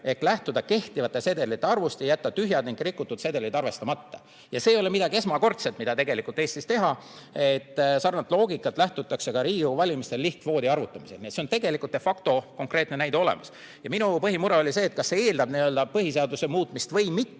ehk lähtuda kehtivate sedelite arvust ning jätta tühjad ja rikutud sedelid arvestamata. See ei ole midagi esmakordset, mida Eestis teha. Sarnasest loogikast lähtutakse ka Riigikogu valimistel lihtkvoodi arvutamisel, nii et tegelikultde factokonkreetne näide on olemas. Minu põhimure oli see, et kas see eeldab põhiseaduse muutmist või mitte,